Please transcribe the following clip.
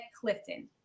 clifton